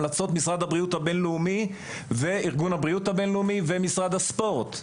המלצות משרד הבריאות הבינלאומי וארגון הבריאות הבינלאומי ומשרד הספורט.